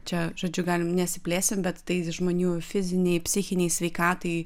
čia žodžiu galim nesiplėsim bet tai žmonių fizinei psichinei sveikatai